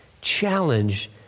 challenge